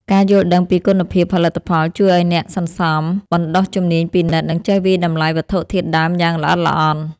ការយល់ដឹងពីគុណភាពផលិតផលជួយឱ្យអ្នកសន្សំបណ្ដុះជំនាញពិនិត្យ និងចេះវាយតម្លៃវត្ថុធាតុដើមយ៉ាងល្អិតល្អន់។